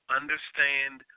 understand